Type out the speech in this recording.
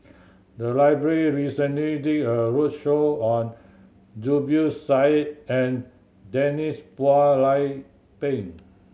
the library recently did a roadshow on Zubir Said and Denise Phua Lay Peng